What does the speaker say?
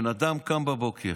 בן אדם קם בבוקר,